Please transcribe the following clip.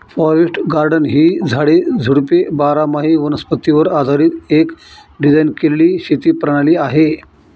forest garden ही झाडे, झुडपे बारामाही वनस्पतीवर आधारीत एक डिझाइन केलेली शेती प्रणाली आहे